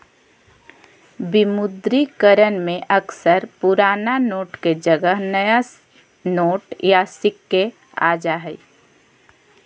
विमुद्रीकरण में अक्सर पुराना नोट के जगह नया नोट या सिक्के आ जा हइ